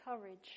courage